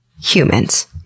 humans